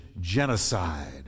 genocide